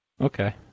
okay